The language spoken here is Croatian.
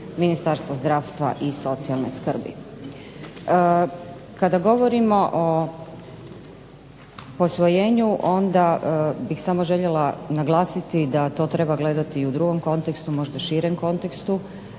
Ministarstvo zdravstva i socijalne skrbi. Kada govorimo o posvojenju onda bih samo željela naglasiti da to treba gledati u drugom kontekstu, možda širem kontekstu,